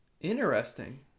Interesting